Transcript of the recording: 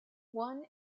one